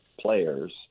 players